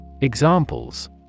Examples